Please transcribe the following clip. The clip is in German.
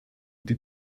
die